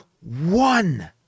one